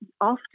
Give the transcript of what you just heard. often